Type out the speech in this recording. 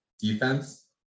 Defense